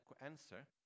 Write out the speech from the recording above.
answer